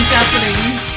Japanese